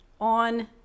on